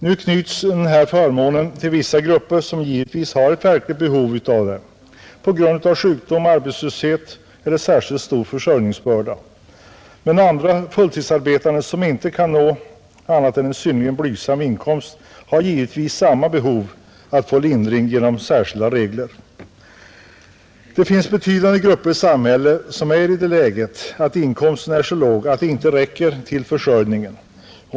Nu knyts denna förmån till vissa grupper som givetvis har verkligt behov Därav på grund av sjukdom, arbetslöshet eller särskilt stor försörjningsbörda, Men andra fulltidsarbetande, som inte kan nå annat än en synnerligen blygsam inkomst, har givetvis samma behov att få lindring genom särskilda regler. Det finns betydande grupper i samhället som är i det läget att inkomsten är så låg att den inte räcker till försörjningen.